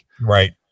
Right